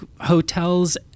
hotels